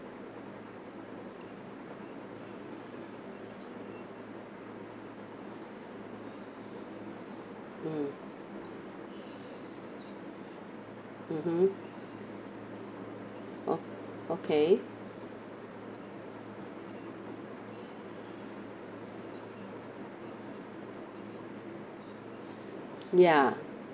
mmhmm o~ okay ya